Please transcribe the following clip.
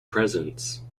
presents